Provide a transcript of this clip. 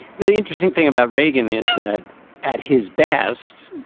the interesting thing about reagan is that at his best.